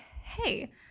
Hey